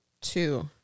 Two